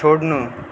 छोड्नु